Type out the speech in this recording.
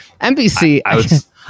NBC